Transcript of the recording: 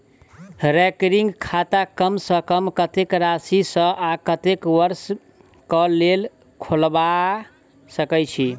recurring खाता कम सँ कम कत्तेक राशि सऽ आ कत्तेक वर्ष कऽ लेल खोलबा सकय छी